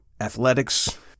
athletics